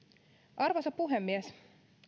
arvoisa puhemies